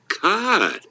God